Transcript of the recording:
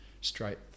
straight